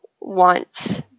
want